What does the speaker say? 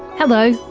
hello,